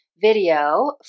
video